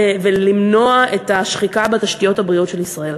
ולמנוע את השחיקה בתשתיות הבריאות של ישראל.